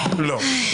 לא.